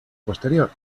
posterior